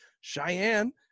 Cheyenne